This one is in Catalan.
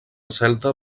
celta